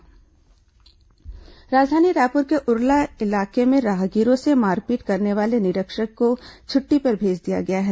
TI कार्रवाई राजधानी रायपुर के उरला इलाके में राहगीरों से मारपीट करने वाले निरीक्षक को छट्टी पर भेज दिया गया है